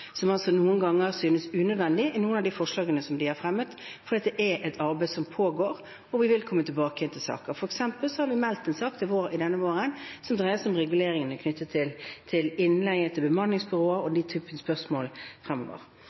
som noen ganger synes unødvendige – noen av de forslagene som de har fremmet – fordi det er et arbeid som pågår og vi vil komme tilbake til saken. For eksempel har vi meldt en sak denne våren som dreier seg om reguleringene knyttet til innleie, til bemanningsbyråer og den typen spørsmål